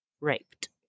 raped